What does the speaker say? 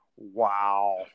Wow